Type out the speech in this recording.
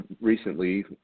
recently